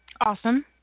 awesome